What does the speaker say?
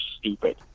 stupid